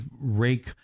rake